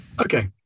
Okay